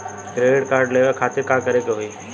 Credit card लेवे खातिर का करे के होई?